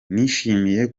nishimiye